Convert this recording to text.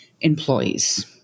employees